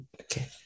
Okay